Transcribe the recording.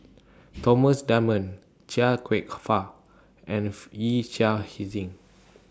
Thomas Dunman Chia Kwek Fah and Yee Chia Hsing